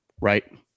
right